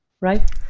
Right